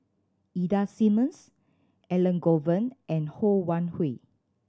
Ida Simmons Elangovan and Ho Wan Hui